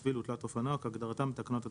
"שביל" ו"תלת-אופנוע" כהגדרתם בתקנות התעבורה,""